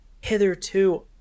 Hitherto